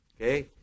Okay